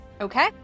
Okay